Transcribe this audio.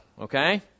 okay